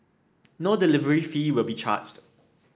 no delivery fee will be charged